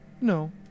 No